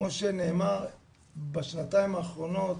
כמו שנאמר בשנתיים האחרונות,